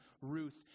Ruth